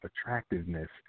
attractiveness